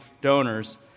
donors